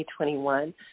2021